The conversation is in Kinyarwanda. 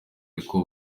bariko